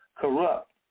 corrupt